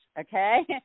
Okay